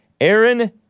Aaron